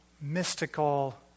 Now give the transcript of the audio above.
mystical